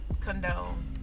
condone